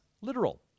literal